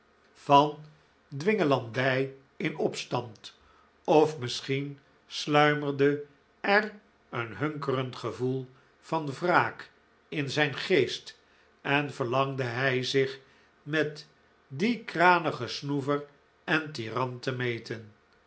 van dwinglandij in opstand of misschien sluimerde er een hunkerend gevoel van wraak in zijn geest en verlangde hij zich met dien kranigen snoever en tyran te meten